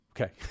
Okay